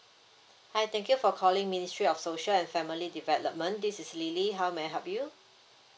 hi thank you for calling ministry of social and family development this is lily how may I help you